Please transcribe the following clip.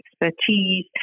expertise